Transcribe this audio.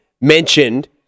mentioned